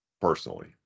Personally